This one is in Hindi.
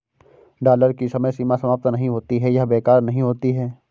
डॉलर की समय सीमा समाप्त नहीं होती है या बेकार नहीं होती है